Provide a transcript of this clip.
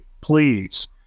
please